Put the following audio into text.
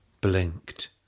Blinked